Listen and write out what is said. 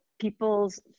people's